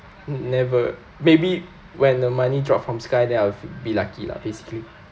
mm never maybe when the money drop from sky then I'll be lucky lah basically